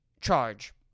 charge